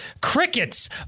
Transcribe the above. crickets